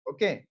Okay